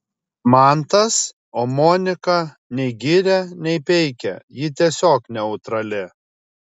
mantas o monika nei giria nei peikia ji tiesiog neutrali